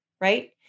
right